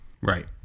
Right